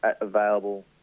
available